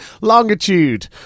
Longitude